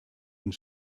und